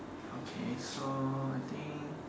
okay so I think